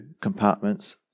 compartments